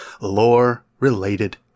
lore-related